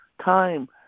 time